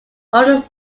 own